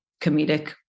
comedic